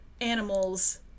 animals